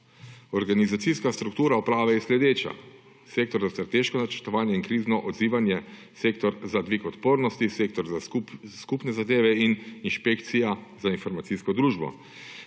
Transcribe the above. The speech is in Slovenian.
Organizacijska struktura uprave je sledeča: sektor za strateško načrtovanje in krizno odzivanje, sektor za dvig odpornosti, sektor za skupne zadeve in inšpekcija za informacijsko družbo.